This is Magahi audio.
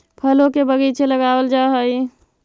फलों के बगीचे लगावल जा हई